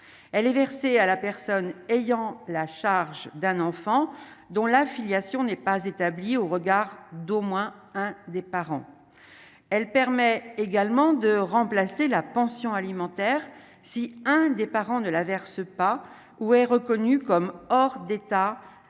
elle est versée à la personne ayant la charge d'un enfant dont la filiation n'est pas établie au regard d'au moins un des parents, elle permet également de remplacer la pension alimentaire, si un des parents de l'averse pas où est reconnu comme hors d'état de